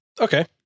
Okay